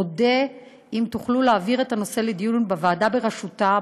אודה אם תוכלו להעביר את הנושא לדיון בוועדה בראשותה,